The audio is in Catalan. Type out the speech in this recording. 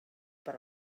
per